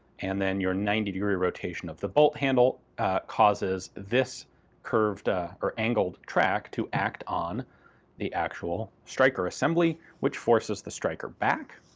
and then your ninety degree rotation of the bolt handle causes this curved or angled track to act on the actual striker assembly which forces the striker back.